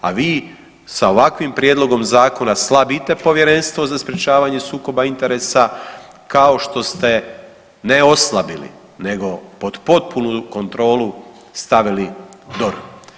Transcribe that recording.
A vi sa ovakvim prijedlog zakona slabite Povjerenstvo za sprječavanje sukoba interesa kao što ste ne oslabili nego pod potpunu kontrolu stavili DORH.